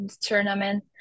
tournament